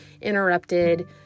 interrupted